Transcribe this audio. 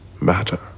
matter